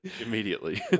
Immediately